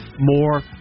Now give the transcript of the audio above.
more